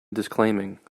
disclaiming